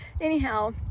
anyhow